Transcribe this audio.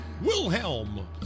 Wilhelm